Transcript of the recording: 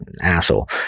asshole